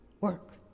work